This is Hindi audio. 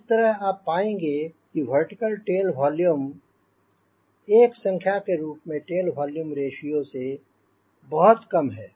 इस तरह आप पाएंँगे कि वर्टिकल टेल वॉल्यूम एक संख्या के रूप में टेल वॉल्यूम रेश्यो से बहुत कम है